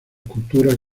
culturas